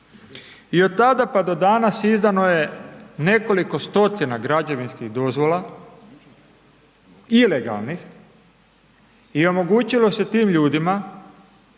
I od tada pa do danas izdano je nekoliko stotina građevinskih dovoza ilegalnih i omogućilo se tim ljudima